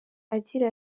agira